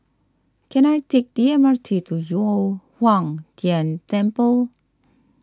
can I take the M R T to Yu O Huang Tian Temple